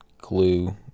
glue